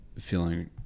feeling